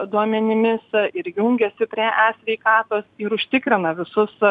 duomenimis ir jungiasi prie e sveikatos ir užtikrina visus